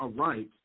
aright